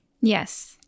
Yes